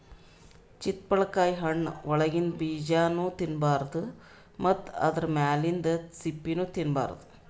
ಚಿತ್ತಪಳಕಾಯಿ ಹಣ್ಣ್ ಒಳಗಿಂದ ಬೀಜಾ ತಿನ್ನಬಾರ್ದು ಮತ್ತ್ ಆದ್ರ ಮ್ಯಾಲಿಂದ್ ಸಿಪ್ಪಿನೂ ತಿನ್ನಬಾರ್ದು